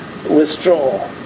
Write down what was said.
withdraw